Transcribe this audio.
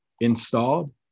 installed